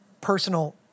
personal